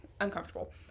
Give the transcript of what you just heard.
uncomfortable